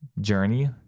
journey